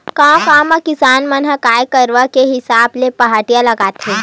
गाँव गाँव म किसान मन ह गाय गरु के हिसाब ले पहाटिया लगाथे